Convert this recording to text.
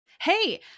Hey